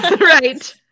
Right